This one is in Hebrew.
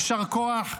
יישר כוח,